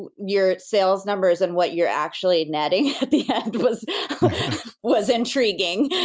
and your sales numbers and what you're actually netting at the end was was intriguing,